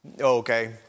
Okay